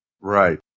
Right